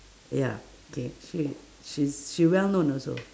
ya k she she's she well known also